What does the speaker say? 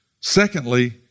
Secondly